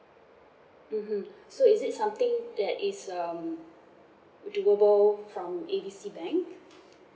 mmhmm so is it something that is um doable from A B C bank